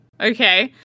okay